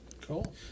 Cool